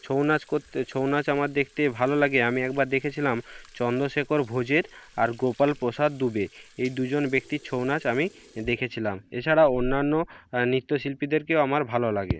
ছৌ নাচ করতে ছৌ নাচ আমার দেখতে ভালো লাগে আমি একবার দেখেছিলাম চন্দ্রশেখর ভোজের আর গোপাল প্রসাদ দুবে এই দুজন ব্যক্তির ছৌ নাচ আমি দেখেছিলাম এছাড়াও অন্যান্য নৃত্যশিল্পীদেরকেও আমার ভালো লাগে